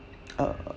uh